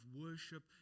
worship